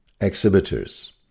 exhibitors